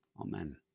Amen